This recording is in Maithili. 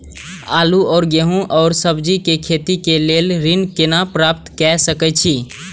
आलू और गेहूं और सब्जी के खेती के लेल ऋण कोना प्राप्त कय सकेत छी?